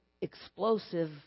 explosive